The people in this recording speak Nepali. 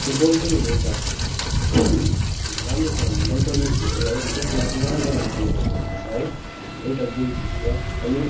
फुट बल चाहिँ मेरो एउटा राम्रो मन पर्ने खेल हो है त्यसमा एघारजना प्लेयरहरू हुने छ है एउटा गोल किप्पर अनि